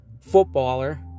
footballer